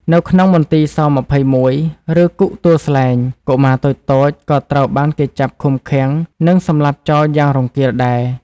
នៅក្នុងមន្ទីរស-២១ ឬ គុកទួលស្លែង កុមារតូចៗក៏ត្រូវបានគេចាប់ឃុំឃាំង និងសម្លាប់ចោលយ៉ាងរង្គាលដែរ។